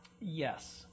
Yes